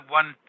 one